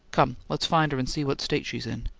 come, let's find her and see what state she is in.